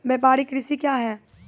व्यापारिक कृषि क्या हैं?